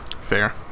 Fair